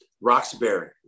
Roxbury